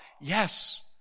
Yes